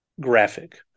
graphic